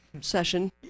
session